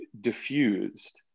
diffused